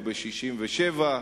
או ב-67'.